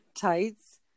tights